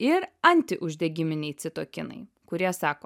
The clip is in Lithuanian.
ir antiuždegiminiai citokinai kurie sako